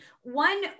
one